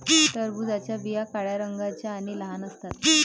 टरबूजाच्या बिया काळ्या रंगाच्या आणि लहान असतात